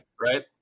right